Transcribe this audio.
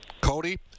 Cody